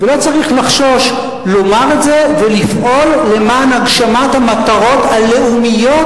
ולא צריך לחשוש לומר את זה ולפעול למען הגשמת המטרות הלאומיות.